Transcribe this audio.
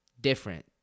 Different